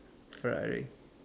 Ferrari